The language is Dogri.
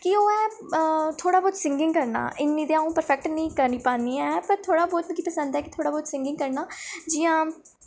की ओह् ऐ थोह्ड़ा बहुत सिंगिंग करना इन्नी ते अ'ऊं परफैक्ट निं करी पान्नी ऐ पर थोह्ड़ा बहुत मिकी पसंद ऐ कि थोह्ड़ा बहुत सिंगिंग करना जि'यां